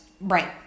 Right